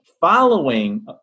Following